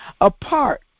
apart